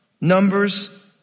Numbers